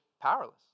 powerless